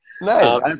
Nice